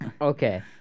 Okay